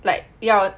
like 要